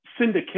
syndication